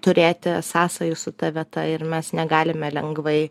turėti sąsajų su ta vieta ir mes negalime lengvai